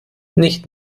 nicht